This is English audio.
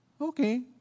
Okay